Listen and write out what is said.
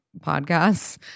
podcasts